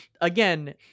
again